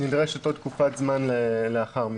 נדרשת עוד תקופת זמן לאחר מכן.